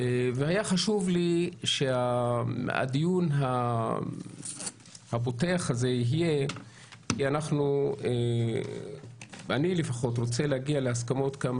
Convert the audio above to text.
היה חשוב לי שהדיון הפותח יתקיים במלואו כי אני רוצה להגיע כמה